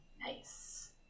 Nice